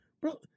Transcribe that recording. Bro